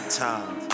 time